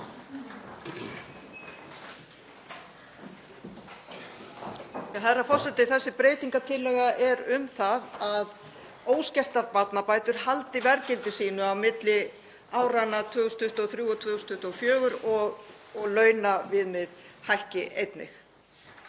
Herra forseti. Þessi breytingartillaga er um það að óskertar barnabætur haldi verðgildi sínu á milli áranna 2023 og 2024 og launaviðmið hækki einnig.